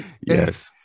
Yes